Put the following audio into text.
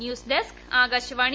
news desk Akashvani